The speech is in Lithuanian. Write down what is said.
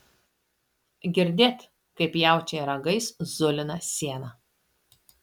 girdėt kaip jaučiai ragais zulina sieną